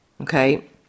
okay